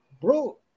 bro